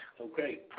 Okay